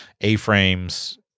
A-frames